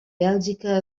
bèlgica